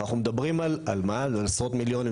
אנחנו מדברים על עשרות מיליונים,